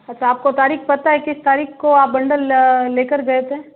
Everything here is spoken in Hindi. अच्छा आपको तारीक पता है किस तारीक को आप बंडल ले कर गए थे